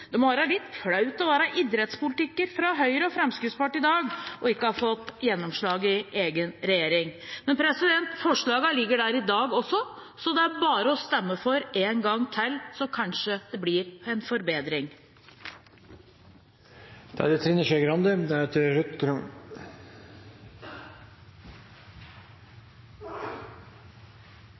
Det må være litt flaut å være idrettspolitiker fra Høyre og Fremskrittspartiet i dag og ikke ha fått gjennomslag i egen regjering. Men forslagene ligger der i dag også. Det er bare å stemme for en gang til, så kanskje det blir en